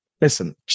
listen